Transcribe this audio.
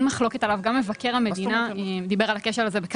גם לחברות ביטוח,